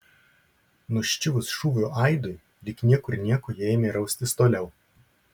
nuščiuvus šūvio aidui lyg niekur nieko jie ėmė raustis toliau